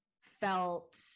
felt